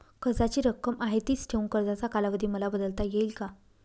कर्जाची रक्कम आहे तिच ठेवून कर्जाचा कालावधी मला बदलता येईल का?